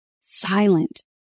silent